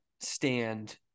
stand